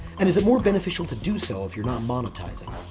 and is it more beneficial to do so if you're not monetizing?